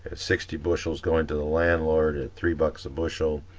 sixty bushels going to the landlord and three bucks a bushel,